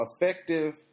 effective